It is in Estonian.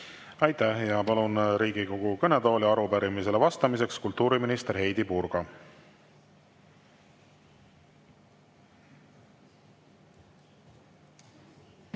Aitäh! Palun Riigikogu kõnetooli arupärimisele vastamiseks kultuuriminister Heidy Purga.